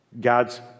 God's